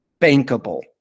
bankable